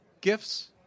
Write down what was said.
gifts